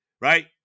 right